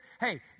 hey